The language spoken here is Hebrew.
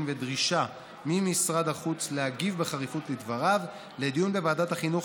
ודרישה ממשרד החוץ להגיב בחריפות על דבריו לדיון בוועדת החינוך,